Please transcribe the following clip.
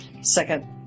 second